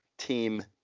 Team